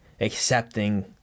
accepting